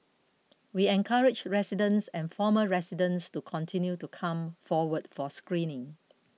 we encourage residents and former residents to continue to come forward for screening